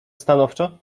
stanowczo